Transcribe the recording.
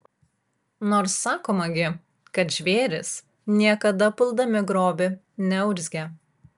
nors sakoma gi kad žvėrys niekada puldami grobį neurzgia